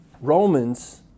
Romans